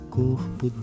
corpo